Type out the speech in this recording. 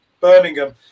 Birmingham